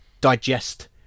digest